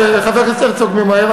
חבר הכנסת הרצוג ממהר,